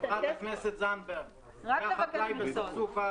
היה חקלאי בספסופה